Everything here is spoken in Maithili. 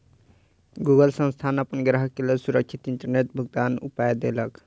गूगल संस्थान अपन ग्राहक के लेल सुरक्षित इंटरनेट भुगतनाक उपाय देलक